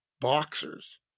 boxers